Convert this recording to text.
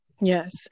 Yes